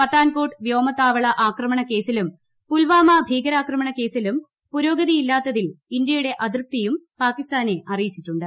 പത്താൻകോട്ട് വ്യോമത്താവള ആക്രമണ കേസിലും പുൽവാമ ഭീകരാക്രമണ കേസിലും പുരോഗതിയില്ലാത്തിൽ ഇന്ത്യയുടെ അതൃപ്തിയും പാകിസ്ഥാനെ അറിയിച്ചിട്ടുണ്ട്